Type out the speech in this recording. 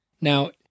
Now